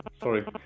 sorry